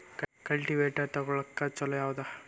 Cultivator ತೊಗೊಳಕ್ಕ ಛಲೋ ಯಾವದ?